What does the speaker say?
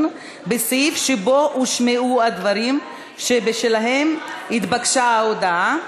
בסעיף שבו הושמעו הדברים שבשלהם התבקשה ההודעה,